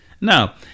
Now